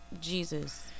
Jesus